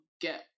get